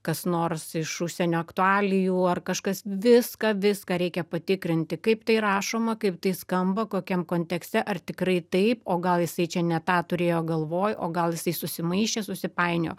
kas nors iš užsienio aktualijų ar kažkas viską viską reikia patikrinti kaip tai rašoma kaip tai skamba kokiam kontekste ar tikrai taip o gal jisai čia ne tą turėjo galvoj o gal jisai susimaišė susipainiojo